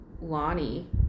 Lonnie